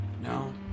No